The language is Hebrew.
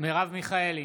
מרב מיכאלי,